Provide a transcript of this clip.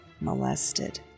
molested